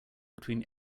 between